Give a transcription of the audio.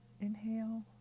inhale